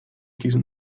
diesen